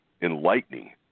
enlightening